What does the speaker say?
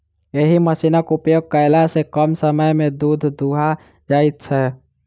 एहि मशीनक उपयोग कयला सॅ कम समय मे दूध दूहा जाइत छै